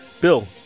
Bill